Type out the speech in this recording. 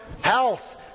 Health